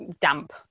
damp